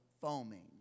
foaming